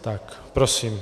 Tak prosím.